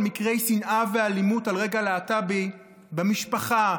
מקרי שנאה ואלימות על רקע להט"בי במשפחה,